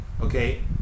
okay